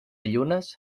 llunes